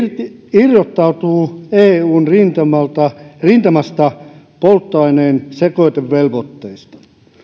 irrottautuu eun rintamasta rintamasta polttoaineen sekoitevelvoitteissa